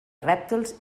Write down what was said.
rèptils